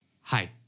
Hi